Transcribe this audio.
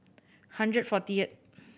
hundred fortieth